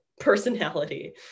Personality